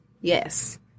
yes